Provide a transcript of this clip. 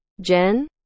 Jen